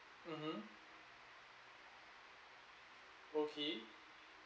mmhmm okay